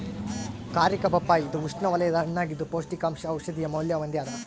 ಕಾರಿಕಾ ಪಪ್ಪಾಯಿ ಇದು ಉಷ್ಣವಲಯದ ಹಣ್ಣಾಗಿದ್ದು ಪೌಷ್ಟಿಕಾಂಶ ಔಷಧೀಯ ಮೌಲ್ಯ ಹೊಂದ್ಯಾದ